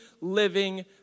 living